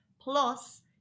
Plus